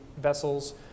vessels